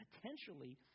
potentially